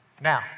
Now